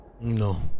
No